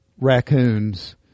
raccoons